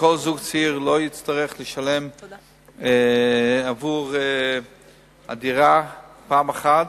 שכל זוג צעיר לא יצטרך לשלם עבור הדירה פעם אחת,